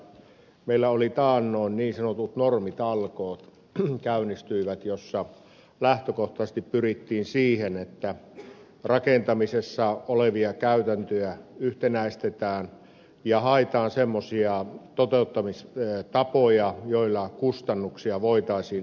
meillä käynnistyivät taannoin niin sanotut normitalkoot joissa lähtökohtaisesti pyrittiin siihen että rakentamisessa olevia käytäntöjä yhtenäistetään ja haetaan semmoisia toteuttamistapoja joilla kustannuksia voitaisiin alentaa